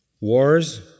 Wars